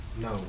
No